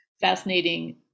fascinating